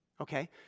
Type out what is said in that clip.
Okay